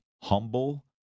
humble